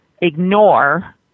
ignore